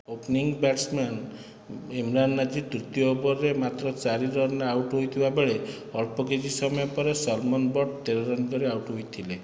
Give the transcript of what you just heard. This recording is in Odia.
ଓପନିଂ ବ୍ୟାଟ୍ସମ୍ୟାନ୍ ଇମ୍ରାନ ନାଜିର ତୃତୀୟ ଓଭରରେ ମାତ୍ର ଚାରି ରନ୍ରେ ଆଉଟ ହୋଇଥିବା ବେଳେ ଅଳ୍ପ କିଛି ସମୟ ପରେ ସଲମାନ ବଟ ତେର ରନ୍ କରି ଆଉଟ ହୋଇଥିଲେ